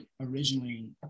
originally